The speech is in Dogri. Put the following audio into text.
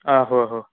आहो आहो